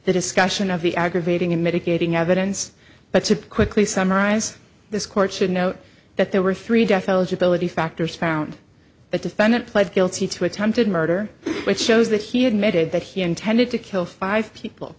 the discussion of the aggravating and mitigating evidence but to quickly summarize this court should note that there were three deaf eligibility factors found the defendant pled guilty to attempted murder which shows that he admitted that he intended to kill five people